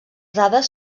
dades